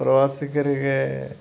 ಪ್ರವಾಸಿಗರಿಗೆ